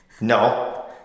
No